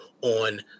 on